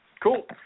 cool